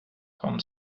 kom